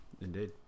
Indeed